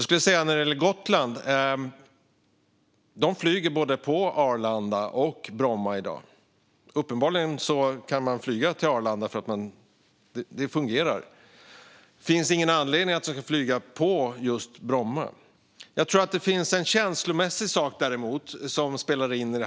Från Gotland kan man i dag flyga till både Arlanda och Bromma. Det fungerar uppenbarligen att flyga till Arlanda. Det finns ingen anledning att flyga till just Bromma. Jag tror däremot att det finns en känslomässig sak som spelar in.